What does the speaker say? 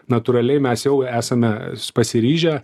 natūraliai mes jau esame pasiryžę